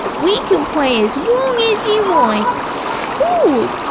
we can play as long as you like cool!